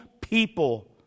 people